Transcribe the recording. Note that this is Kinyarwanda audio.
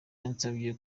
yansabye